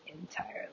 entirely